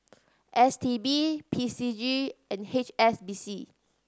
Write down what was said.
S T B P C G and H S B C